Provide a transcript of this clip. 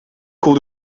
cours